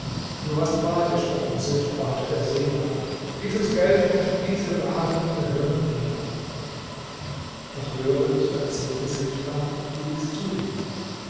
du hast wahr gesprochen sindbad der seemann dieses geld und diese waren gehören dir doch höre so erzählte sindbad wie dies zuging